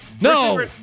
No